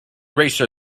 racer